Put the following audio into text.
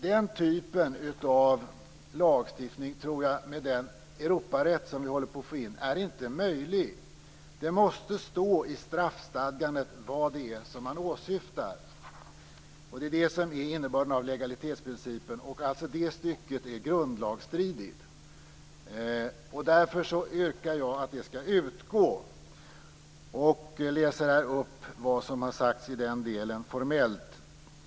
Den typen av lagstiftning tror jag inte är möjlig med tanke på den Europarätt som vi håller på att få in. Det måste stå i straffstadgandet vad det är som man åsyftar. Det är det som är innebörden av legalitetsprincipen. Det stycket är alltså grundlagsstridigt. Därför yrkar jag att det skall utgå. Jag läser här upp vad som har sagts formellt i den delen.